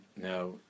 now